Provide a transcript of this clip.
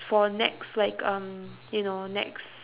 for next like um you know next